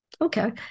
Okay